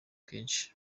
kenshi